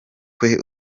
kwe